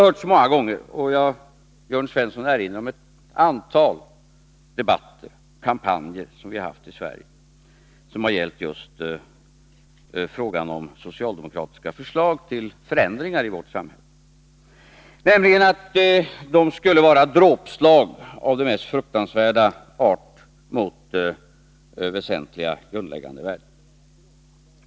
Jörn Svensson erinrade om ett antal debatter och kampanjer som vi haft i Sverige som gällt frågor om socialdemokratiska förslag till förändringar i vårt samhälle. Vi har hört så många gånger att dessa skulle vara dråpslag av den mest fruktansvärda art mot väsentliga, grundläggande värden.